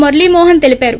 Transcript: మురళి మోహన్ తెలిపారు